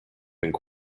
have